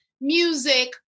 music